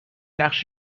نقش